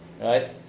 right